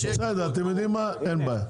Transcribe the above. בסדר אתם יודעים מה אין בעיה,